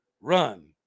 run